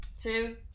two